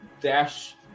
dash